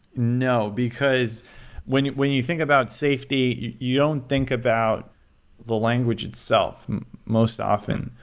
no, because when when you think about safety, you don't think about the language itself most often.